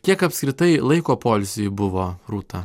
kiek apskritai laiko poilsiui buvo rūta